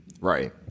Right